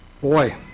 Boy